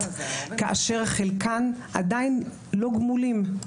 כאשר חלקן עדיין לא גמולים.